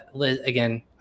again